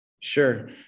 Sure